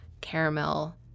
caramel